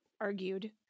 argued